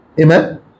Amen